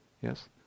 Yes